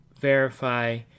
verify